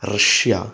Russia